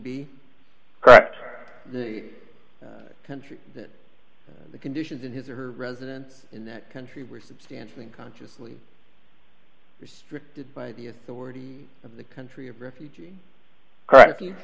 be correct for the country that the conditions in his or her residence in that country were substantially consciously restricted by the authority of the country of refugee c